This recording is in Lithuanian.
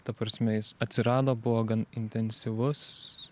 ta prasme jis atsirado buvo gan intensyvus